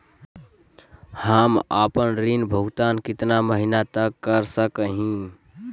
हम आपन ऋण भुगतान कितना महीना तक कर सक ही?